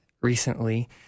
recently